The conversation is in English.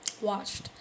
watched